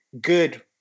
good